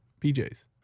PJs